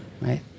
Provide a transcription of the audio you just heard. right